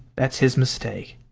that's his mistake.